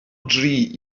dri